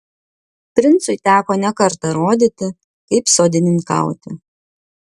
princui teko ne kartą rodyti kaip sodininkauti